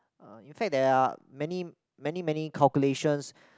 uh in fact there are many many many calculations